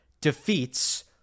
defeats